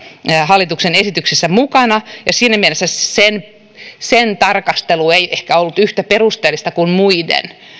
hallituksen esityksessä mukana ja siinä mielessä sen sen tarkastelu ei ehkä ollut yhtä perusteellista kuin muiden